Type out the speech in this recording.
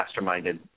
masterminded